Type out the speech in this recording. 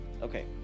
okay